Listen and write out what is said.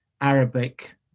arabic